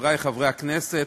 חברי חברי הכנסת,